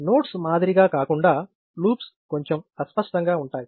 nodes మాదిరిగా కాకుండా loops కొంచెం అస్పష్టంగా ఉంటాయి